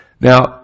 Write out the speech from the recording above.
Now